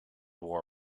war